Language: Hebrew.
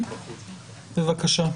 בבקשה.